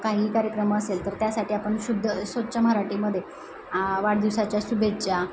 काही कार्यक्रम असेल तर त्यासाठी आपण शुद्ध स्वच्छ मराठीमध्ये वाढदिवसाच्या शुभेच्छा